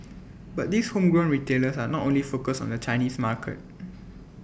but these homegrown retailers are not only focused on the Chinese market